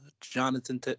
Jonathan